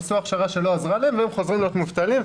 עשו הכשרה שלא עזרה להם והם חוזרים להיות מובטלים.